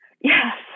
Yes